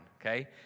okay